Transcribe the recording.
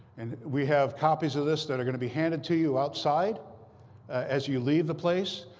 and we have copies of this that are going to be handed to you outside as you leave the place.